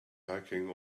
hiking